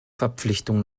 verpflichtung